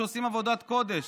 שעושים עבודת קודש,